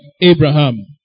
Abraham